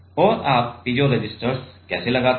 और आप piezo resistors कैसे लगाते हैं